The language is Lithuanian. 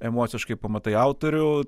emociškai pamatai autorių